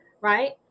right